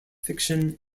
fiction